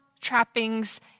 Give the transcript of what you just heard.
trappings